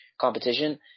competition